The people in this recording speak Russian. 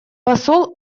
посол